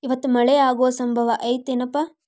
ಇವತ್ತ ಮಳೆ ಆಗು ಸಂಭವ ಐತಿ ಏನಪಾ?